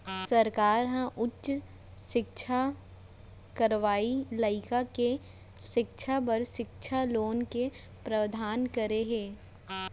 सरकार ह उच्च सिक्छा करइया लइका के सिक्छा बर सिक्छा लोन के प्रावधान करे हे